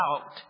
out